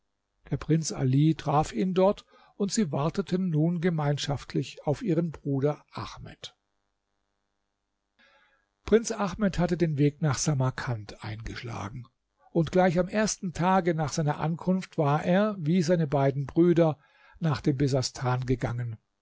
der prinz ali traf ihn dort und sie warteten nun gemeinschaftlich auf ihren bruder ahmed prinz ahmed hatte den weg nach samarkand eingeschlagen und gleich am ersten tage nach seiner ankunft war er wie seine beiden brüder nach dem besastan gegangen